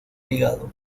ligado